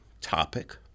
topic